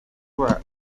złe